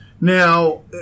Now